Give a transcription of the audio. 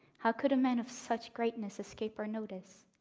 how could a man of such greatness escape our notice?